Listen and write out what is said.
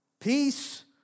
Peace